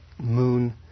moon